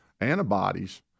antibodies